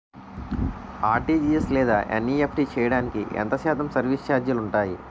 RTGS లేదా NEFT చేయడానికి ఎంత శాతం సర్విస్ ఛార్జీలు ఉంటాయి?